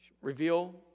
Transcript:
reveal